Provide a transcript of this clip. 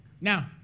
Now